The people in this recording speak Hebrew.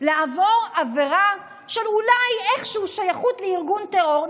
לעבור עבירה של אולי איכשהו שייכות לארגון טרור.